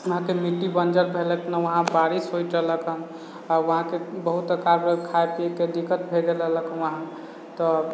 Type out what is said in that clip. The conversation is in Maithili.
उहाँके मिट्टी बनजड़ भेलक नहि उहाँ बारिश होइत रहलकहँ उहाँके बहुत अकाल बेर खाइ पिएके दिक्कत भए गेल रहलक उहाँ तऽ